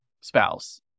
spouse